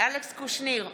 אלכס קושניר,